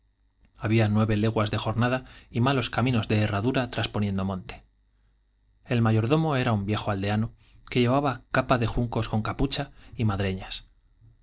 había nueve leguas de jornada y malos caminos de herradura trasponiendo monte el mayordomo era un viejo aldeano que llevaba capa de juncos con capucha y madreñas